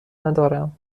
ندارم